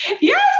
Yes